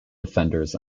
defenders